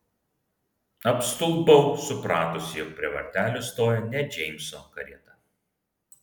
apstulbau supratusi jog prie vartelių stoja ne džeimso karieta